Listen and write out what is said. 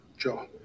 Joe